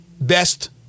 best